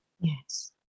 Yes